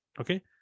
Okay